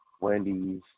Wendy's